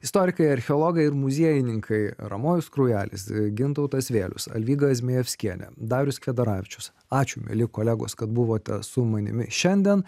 istorikai archeologai ir muziejininkai ramojus kraujelis gintautas vėlius alvyga zmejevskienė darius kvedaravičius ačiū mieli kolegos kad buvote su manimi šiandien